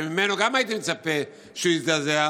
שגם ממנו הייתי מצפה שהוא יזדעזע,